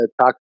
talk